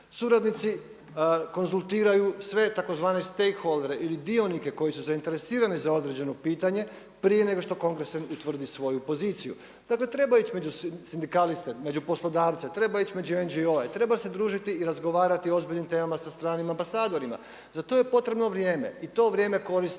Suradnici konzultiraju sve tzv. stakeholdere ili dionike koji su zainteresirani za određeno pitanje prije nego što Kongres utvrdi svoju poziciju. Dakle, treba ići među sindikaliste, među poslodavce, treba ići među NGO-e, treba se družiti i razgovarati o ozbiljnim temama sa stranim ambasadorima. Za to je potrebno vrijeme i to vrijeme koristimo,